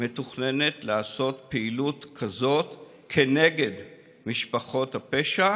מתוכננת להיעשות פעילות כזאת כנגד משפחות הפשע,